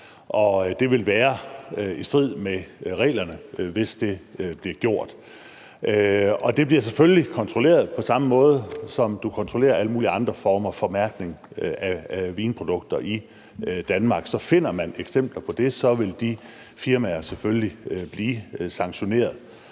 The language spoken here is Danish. Det vil være i strid med reglerne, hvis det bliver gjort, og det bliver selvfølgelig kontrolleret på samme måde, som du kontrollerer alle mulige andre former for mærkning af vinprodukter i Danmark. Så finder man eksempler på det, vil de firmaer selvfølgelig blive sanktioneret.